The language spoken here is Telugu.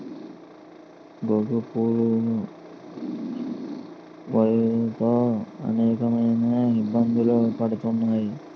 బొగ్గు పులుసు వాయువు తో అనేకమైన ఇబ్బందులు ఉన్నాయి